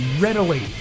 readily